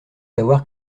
avoir